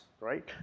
right